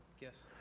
Yes